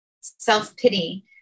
self-pity